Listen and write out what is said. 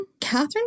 Catherine